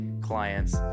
clients